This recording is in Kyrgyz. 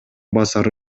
басары